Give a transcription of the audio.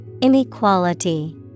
Inequality